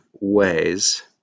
ways